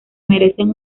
merecen